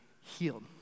healed